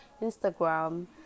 Instagram